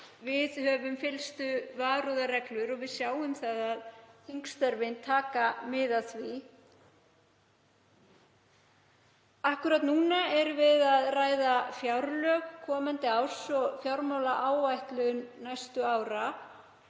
fylgjum fyllstu varúðarreglum og við sjáum að þingstörfin taka mið af því. Akkúrat núna erum við að ræða fjárlög komandi árs og fjármálaáætlun næstu ára